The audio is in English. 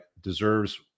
Deserves